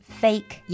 fake